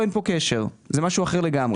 אין פה קשר; זה משהו אחר לגמרי.